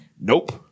Nope